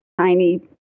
tiny